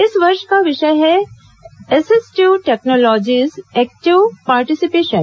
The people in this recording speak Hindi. इस वर्ष का विषय है एसिस्टिव टेक्नोलॉजीज एक्टीव पार्टिसिपेशन